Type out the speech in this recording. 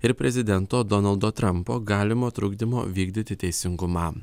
ir prezidento donaldo trampo galimo trukdymo vykdyti teisingumą